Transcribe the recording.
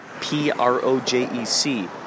P-R-O-J-E-C